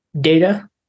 data